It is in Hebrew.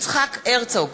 יצחק הרצוג,